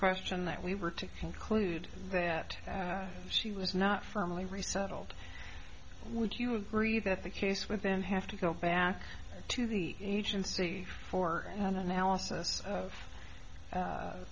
question that we were to conclude that she was not firmly resettled would you agree that the case with them have to go back to the agency for an analysis of